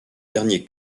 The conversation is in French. dernier